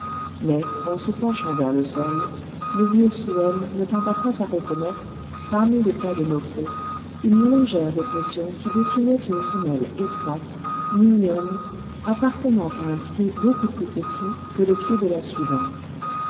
mais en se penchant vers le sol le vieux souhem ne tarda pas à reconnaître parmi les pas de nofré une légère dépression qui dessinait une semelle étroite mignonne appartenant à un pied beaucoup plus petit que le pied de la suivante